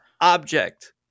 object